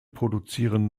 produzieren